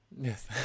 Yes